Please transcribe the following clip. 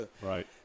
Right